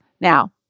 Now